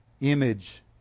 image